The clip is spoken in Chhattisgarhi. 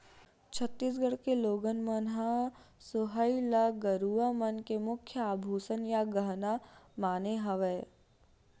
छत्तीसगढ़ के लोगन मन ह सोहई ल गरूवा मन के मुख्य आभूसन या गहना माने हवय